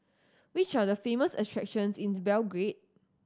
which are the famous attractions in Belgrade